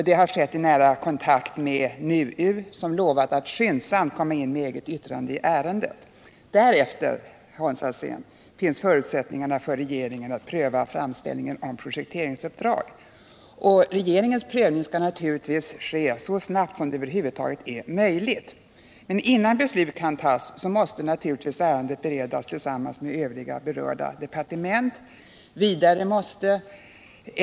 Det har skett i nära kontakt med NUU, som har lovat att skyndsamt komma in med eget yttrande i ärendet. Därefter, Hans Alsén, finns det förutsättningar för regeringen att pröva framställningen om projekteringsuppdrag. Regeringens prövning skall naturligtvis göras så snabbt som det över huvud taget är | möjligt, men innan något beslut kan fattas måste vi bereda ärendet tillsammans med övriga berörda departement, och vidare måste.